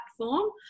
platform